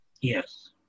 yes